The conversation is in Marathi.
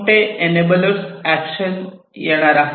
कोणते अनबलर्स एक्शन येणार आहे